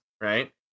right